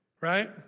right